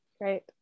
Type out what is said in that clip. Great